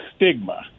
stigma